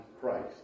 Christ